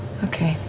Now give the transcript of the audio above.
okay.